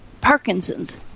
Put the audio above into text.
Parkinson's